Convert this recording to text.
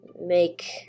make